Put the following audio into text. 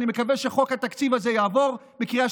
אני מקווה שחוק התקציב הזה יעבור בקריאה